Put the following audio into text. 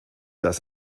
das